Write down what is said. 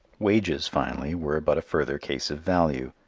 wages, finally, were but a further case of value.